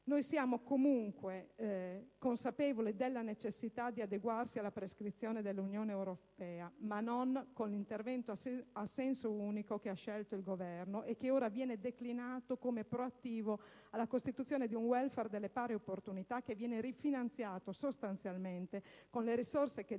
Siamo comunque consapevoli della necessità di adeguarsi alle prescrizioni dell'Unione europea, ma non con l'intervento a senso unico che ha scelto il Governo e che ora viene declinato come proattivo alla costruzione di un *welfare* delle pari opportunità che viene rifinanziato sostanzialmente con le risorse che derivano